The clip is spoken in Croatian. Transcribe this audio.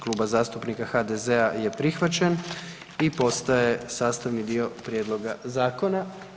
Kluba zastupnika HDZ-a je prihvaćen i postaje sastavni dio prijedloga zakona.